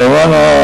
כמובן,